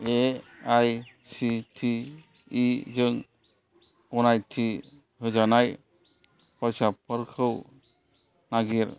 A I C T E जों गनायथि होजानाय हिसाबफोरखौ नागिर